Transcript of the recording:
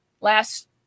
last